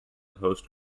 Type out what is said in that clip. host